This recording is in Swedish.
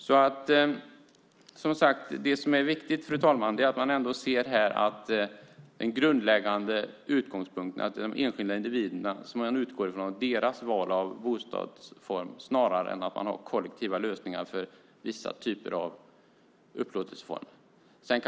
Det som är viktigt och grundläggande, fru talman, är att man utgår från de enskilda individerna och deras val av bostadsform, snarare än att man har kollektiva lösningar för vissa typer av upplåtelseformer.